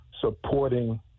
supporting